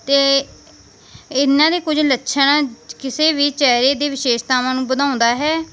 ਅਤੇ ਇਹਨਾਂ ਦੇ ਕੁਝ ਲੱਛਣ ਕਿਸੇ ਵੀ ਚਿਹਰੇ ਦੀ ਵਿਸ਼ੇਸ਼ਤਾਵਾਂ ਨੂੰ ਵਧਾਉਂਦਾ ਹੈ